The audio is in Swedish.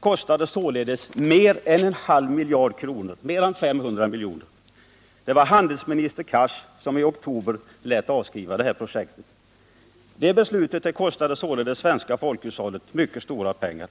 kostade således mer än en halv miljard — mer än 500 milj.kr. Det var handelsminister Cars som i oktober lät avskriva projektet. Det beslutet kostade således det svenska folkhushållet mycket stora pengar.